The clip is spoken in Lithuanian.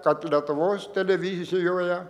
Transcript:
kad lietuvoje televizijoje